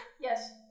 Yes